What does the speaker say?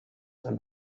and